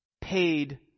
paid